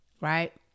right